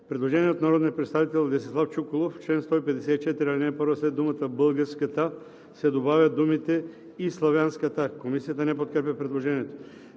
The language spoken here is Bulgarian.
Предложение от народния представител Десислав Чуколов чл. 154, ал. 1 след думата „българската“ се добавят думите „и славянската“. Комисията не подкрепя предложението.